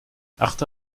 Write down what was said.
achte